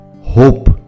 hope